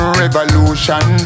revolution